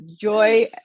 Joy